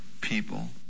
people